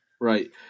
Right